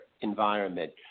environment